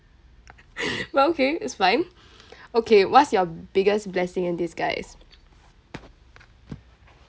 but okay it's fine okay what's your biggest blessing in disguise